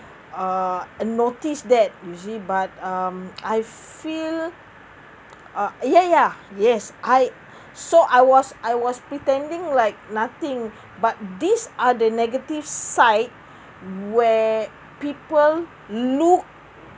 uh notice that usually but um I feel uh ya ya yes I so I was was as pretending like nothing but these are the negative side where people look